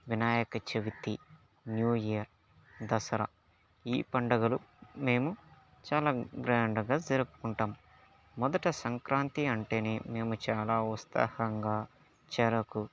Vinayaka Chavithi new year Dasara ఈ పండుగలు మేము చాలా గ్రాండ్ గా జరుపుకుంటాం మొదట సంక్రాతి అంటేనే మేము చాలా ఉత్సాహంగా చెరకు